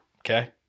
okay